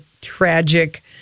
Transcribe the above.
tragic